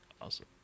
awesome